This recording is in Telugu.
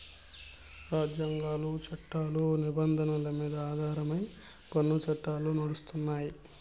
రాజ్యాంగాలు, చట్టాల నిబంధనల మీద ఆధారమై పన్ను చట్టాలు నడుస్తాయి